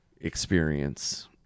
experience